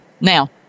Now